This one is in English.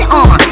on